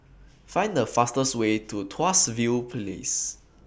Find The fastest Way to Tuas View Place